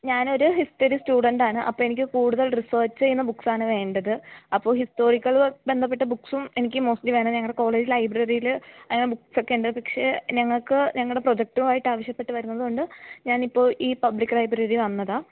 ഞാൻ ഒരു history student ആണ് അപ്പം എനിക്ക് കൂടുതൽ റിസേർച്ച് ചെയ്യുന്ന ബുക്സ് ആണ് വേണ്ടത് അപ്പോൾ ഹിസ്റ്റോറിക്കലി ബന്ധപ്പെട്ട ബുക്സും എനിക്ക് മോസ്റ്റ്ലി വേണം ഞങ്ങളുടെ കോളേജ് ലൈബ്രറിയിൽ ബുക്സൊക്കെ ഉണ്ട് പക്ഷേ ഞങ്ങൾക്ക് ഞങ്ങളുടെ പ്രോജക്റ്റുമായിട്ട് ആവശ്യപ്പെട്ടു വരുന്നതു കൊണ്ട് ഞാൻ ഇപ്പോൾ ഈ പബ്ലിക് ലൈബ്രറിയിൽ വന്നതാണ്